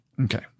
Okay